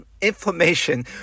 inflammation